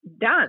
done